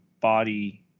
body